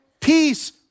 peace